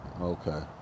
Okay